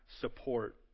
support